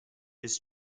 his